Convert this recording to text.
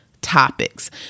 topics